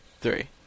three